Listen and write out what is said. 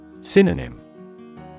Synonym